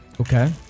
Okay